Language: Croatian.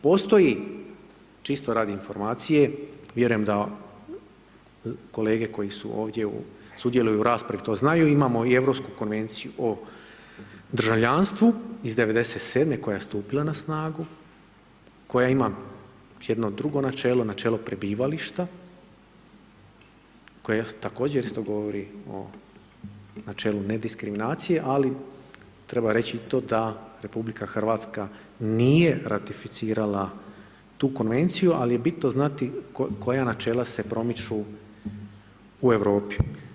Postoji, čisto radi informacije, vjerujem da kolege koji su ovdje, sudjeluju u raspravi to znaju, imamo i Europsku konvenciju o državljanstvu iz 97-e koje je stupila na snagu, koja ima jedno drugo načelo, načelo prebivališta koje također isto govori o načelu nediskriminacije ali treba reći i to da RH nije ratificirala tu Konvenciju ali je bitno znati koja načela se promiču u Europi.